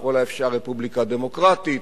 ככל האפשר רפובליקה דמוקרטית,